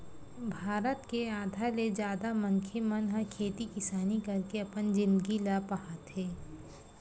भारत के आधा ले जादा मनखे मन ह खेती किसानी करके अपन जिनगी ल पहाथे